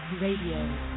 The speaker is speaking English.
Radio